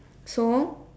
so